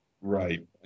Right